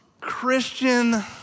Christian